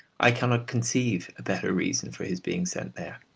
i cannot conceive a better reason for his being sent there.